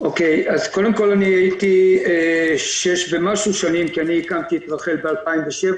אז קודם כל הייתי שש ומשהו שנים כי אני הקמתי את רח"ל ב-2007